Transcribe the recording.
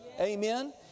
amen